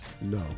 No